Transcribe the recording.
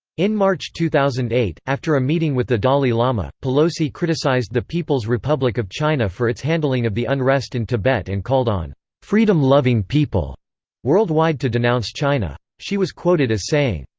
in march two thousand and eight, after a meeting with the dalai lama, pelosi criticized the people's republic of china for its handling of the unrest in tibet and called on freedom-loving people worldwide to denounce china. she was quoted as saying,